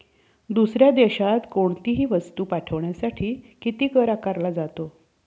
दुसऱ्या देशात कोणीतही वस्तू पाठविण्यासाठी किती कर आकारला जातो?